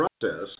process